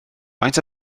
faint